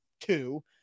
two